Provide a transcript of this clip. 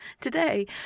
today